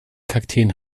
kakteen